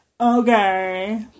okay